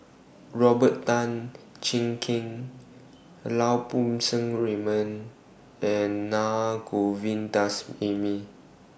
Robert Tan Jee Keng Lau Poo Seng Raymond and Naa Govindasamy